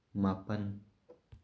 ꯃꯥꯄꯜ